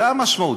זו המשמעות.